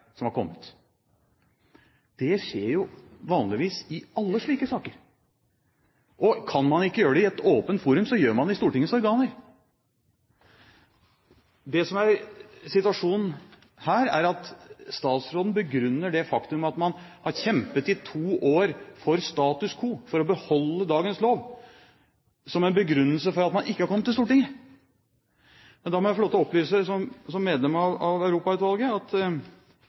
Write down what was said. som var kommet. Det skjer vanligvis i alle slike saker. Kan man ikke gjøre det i et åpent forum, så gjør man det i Stortingets organer. Det som er situasjonen her, er at statsråden bruker det faktum at man har kjempet i to år for status quo, for å beholde dagens lov, som en begrunnelse for at man ikke har kommet til Stortinget. Da må jeg som medlem av Europautvalget få lov til å opplyse at i de fleste saker som Europautvalget